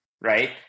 right